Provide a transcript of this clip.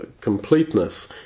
completeness